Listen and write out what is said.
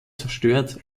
zerstört